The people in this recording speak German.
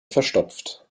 verstopft